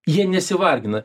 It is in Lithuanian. jie nesivargina